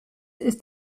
ist